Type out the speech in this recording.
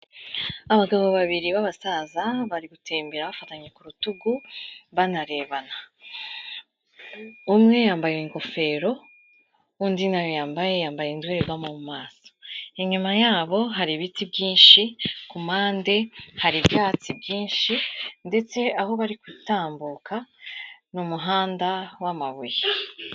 Abagabo babiri b'abasaza bari gutembera bafatanye ku rutugu banarebana, umwe yambaye ingofero, undi ntayo yambaye yambaye indorerwamo mu maso, inyuma yabo hari ibiti byinshi, ku mpande hari ibyatsi byinshi ndetse aho bari gutambuka ni umuhanda w'amabuye.